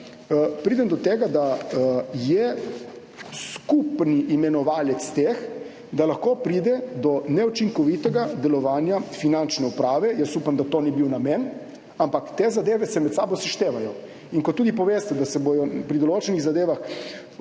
pridem do tega, da je skupni imenovalec teh, da lahko pride do neučinkovitega delovanja Finančne uprave. Jaz upam, da to ni bil namen, ampak te zadeve se med sabo seštevajo. In kot tudi poveste, da se bodo pri določenih zadevah